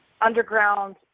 underground